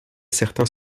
certains